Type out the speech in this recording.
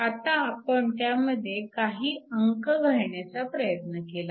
आता आपण त्यामध्ये काही अंक घालण्याचा प्रयत्न केला